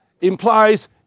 implies